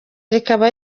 rikaba